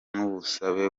n’ubusabe